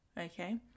Okay